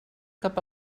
cap